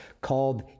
called